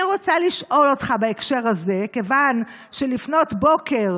אני רוצה לשאול אותך בהקשר הזה, כיוון שלפנות בוקר